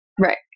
Right